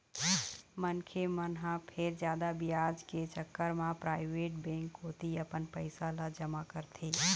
मनखे मन ह फेर जादा बियाज के चक्कर म पराइवेट बेंक कोती अपन पइसा ल जमा करथे